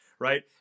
Right